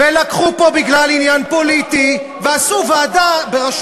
ולקחו פה בגלל עניין פוליטי, זה לא נכון.